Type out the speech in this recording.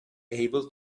able